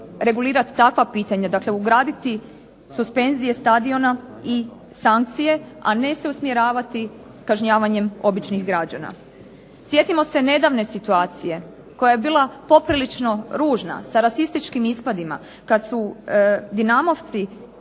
ugraditi suspenzije stadiona i sankcije, a ne se usmjeravati kažnjavanjem običnih građana. Sjetimo se nedavne situacije koja je bila poprilično ružna sa rasističkim ispadima kad su dinamovci huktali,